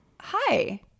Hi